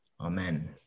Amen